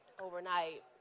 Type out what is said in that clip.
overnight